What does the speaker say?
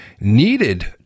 needed